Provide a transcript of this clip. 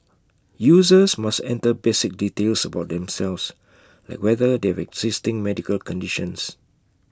users must enter basic details about themselves like whether they have existing medical conditions